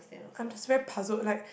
I'm just very puzzled like